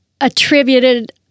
attributed